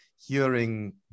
hearing